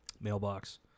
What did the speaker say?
mailbox